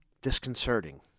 disconcerting